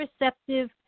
receptive